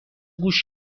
گوش